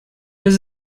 does